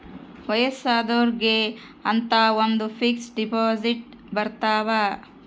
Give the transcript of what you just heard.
ವಯಸ್ಸಾದೊರ್ಗೆ ಅಂತ ಒಂದ ಫಿಕ್ಸ್ ದೆಪೊಸಿಟ್ ಬರತವ